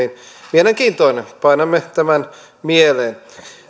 mielenkiintoinen painamme tämän mieleen